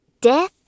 Death